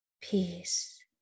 peace